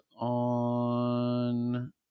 on